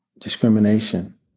discrimination